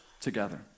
together